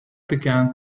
began